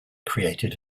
created